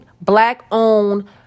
black-owned